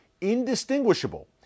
indistinguishable